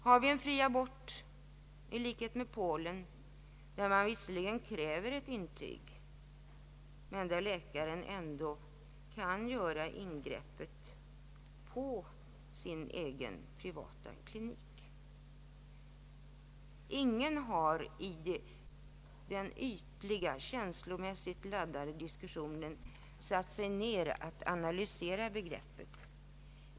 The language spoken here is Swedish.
Har vi en fri abort på samma sätt som i Polen, där man visserligen kräver ett intyg men där ändå läkaren kan göra ingreppet på sin egen privata klinik? Ingen har i den ytliga, känslomässigt laddade diskussionen satt sig ned att analysera begreppet.